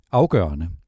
afgørende